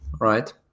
Right